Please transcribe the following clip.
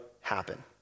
happen